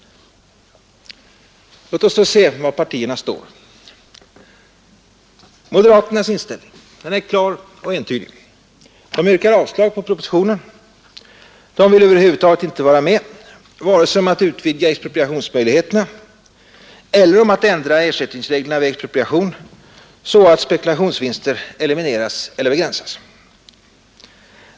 Låt oss då se var moderaterna står. Deras inställning är klar och entydig. De yrkar avslag på propositionen. De vill över huvud taget inte vara med vare sig om att utvidga kommunernas expropriationsmöjligheter eller om att ändra ersättningsreglerna vid expropriation så att spekulationsvinster elimineras eller begränsas.